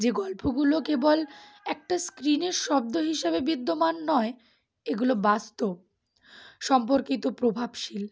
যে গল্পগুলো কেবল একটা স্ক্রিনের শব্দ হিসাবে বিদ্যমান নয় এগুলো বাস্তব সম্পর্কিত প্রভাবশীল